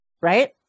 right